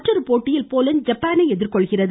மற்றொரு போட்டியில் போலந்து ஜப்பானை எதிர்கொள்கிறது